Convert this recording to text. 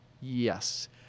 yes